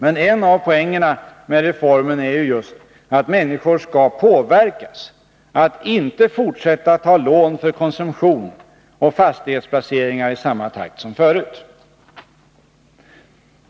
Men en av poängerna med reformen är ju just att människor skall påverkas att inte fortsätta att ta lån för konsumtion och fastighetsplaceringar i samma takt som förut.